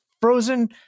frozen